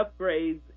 upgrades